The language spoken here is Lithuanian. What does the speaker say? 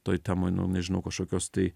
toj temoj nu nežinau kažkokios tai